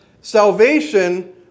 salvation